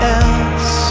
else